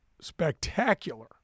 spectacular